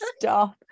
stop